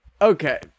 Okay